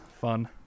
fun